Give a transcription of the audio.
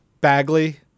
Bagley –